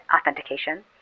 authentication